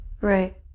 right